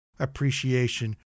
appreciation